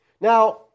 now